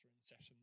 session